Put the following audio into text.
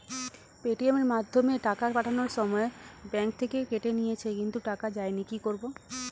Paytm এর মাধ্যমে টাকা পাঠানোর সময় ব্যাংক থেকে কেটে নিয়েছে কিন্তু টাকা যায়নি কি করব?